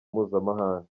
mpuzamahanga